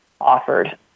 offered